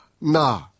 na